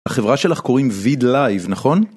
החברה שלך קוראים ויד לייב נכון?